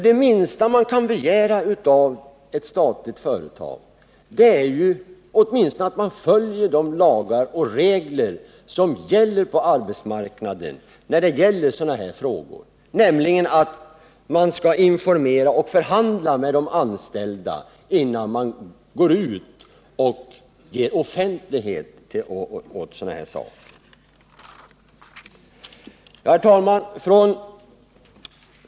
Det minsta man kan begära av ett statligt företag är att det åtminstone följer de lagar och regler som härvidlag gäller på arbetsmarknaden, nämligen att det är nödvändigt att informera och förhandla med de anställda, innan det ges offentlighet åt sådana här saker. Herr talman!